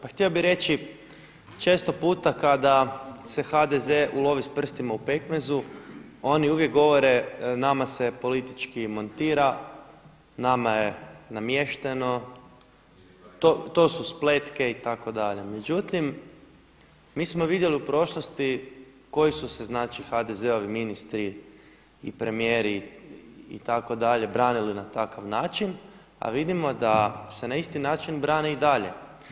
Pa htio bih reći često puta kada se HDZ ulovi s prstima u pekmezu oni uvijek govore nama se politički montira, nama je namješteno, to su spletke itd. međutim mi smo vidjeli u prošlosti koji su se HDZ-ovi ministri i premijeri itd. branili na takav način, a vidimo da se na isti način brane i dalje.